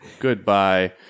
Goodbye